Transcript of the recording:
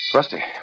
Rusty